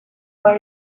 wear